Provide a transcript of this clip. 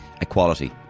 equality